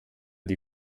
die